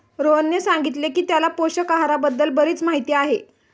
रोहनने सांगितले की त्याला पोषक आहाराबद्दल बरीच माहिती आहे